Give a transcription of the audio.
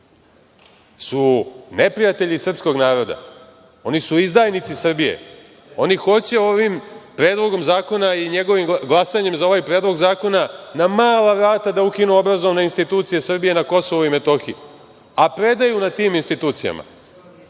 su neprijatelji srpskog naroda, oni su izdajnici Srbije, oni hoće ovim predlogom zakona i glasanjem za ovaj predlog zakona na mala vrata da ukinu obrazovne institucije Srbije na Kosovu i Metohiji, a predaju na tim institucijama,